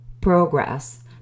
progress